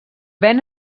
ven